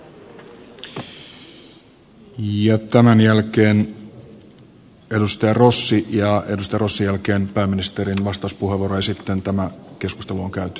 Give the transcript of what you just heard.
tämän jälkeen edustaja rossi ja edustaja rossin jälkeen pääministerin vastauspuheenvuoro ja sitten tämä keskustelu on käyty